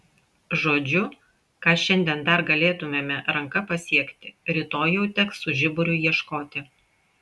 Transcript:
žodžiu ką šiandien dar galėtumėme ranka pasiekti rytoj jau teks su žiburiu ieškoti